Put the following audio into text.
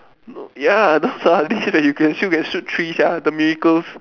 no ya those are the days where you can shoot you can shoot three sia the miracles